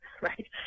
right